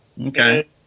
Okay